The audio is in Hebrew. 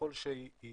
ככל שהיא